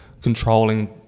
controlling